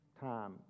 time